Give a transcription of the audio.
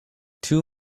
two